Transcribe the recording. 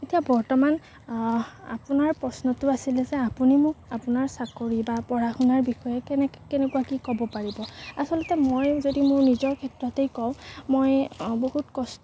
এতিয়া বৰ্তমান আপোনাৰ প্ৰশ্নটো আছিলে যে আপুনি মোক আপোনাৰ চাকৰি বা পঢ়া শুনাৰ বিষয়ে কেনে কেনেকুৱা কি ক'ব পাৰিব আচলতে মই যদি মোৰ নিজৰ ক্ষেত্ৰতে কওঁ মই বহুত কচ